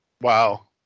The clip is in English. wow